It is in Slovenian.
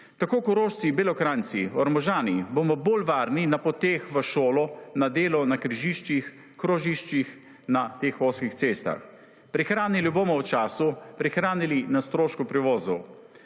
Tako Korošci in Belokranjci, Ormožani, bomo bolj varni na poteh v šolo, na delo na križiščih, krožiščih na teh ozkih cestah. Prihranili bomo v času, prihranili na stroških prevozov.